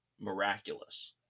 miraculous